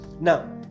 Now